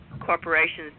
corporations